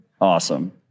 Awesome